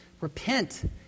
Repent